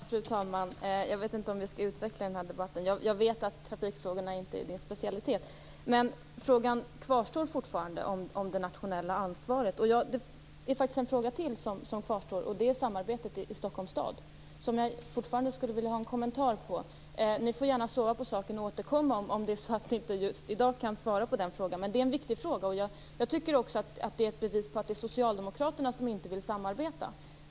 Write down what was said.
Fru talman! Jag vet inte om vi skall utveckla den här debatten. Jag vet att trafikfrågorna inte är Arne Kjörnsbergs specialitet. Men frågan om det nationella ansvaret kvarstår fortfarande. Det är faktiskt en fråga till som kvarstår. Det är samarbetet i Stockholms stad, som jag fortfarande skulle vilja ha en kommentar till. Ni får gärna sova på saken och återkomma om ni inte just i dag kan svara på den frågan. Men det är en viktig fråga. Jag tycker också att det är ett bevis på att det är socialdemokraterna som inte vill samarbeta.